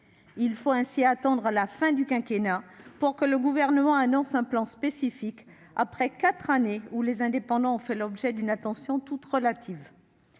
Il faut ainsi attendre la fin du quinquennat pour que le Gouvernement annonce un plan spécifique, après quatre années pendant lesquelles les indépendants ont fait l'objet d'une attention toute relative.